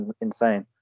insane